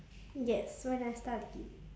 yes when I study